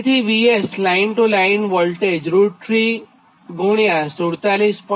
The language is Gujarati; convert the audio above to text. તેથી VS line to line voltage √3∗ 47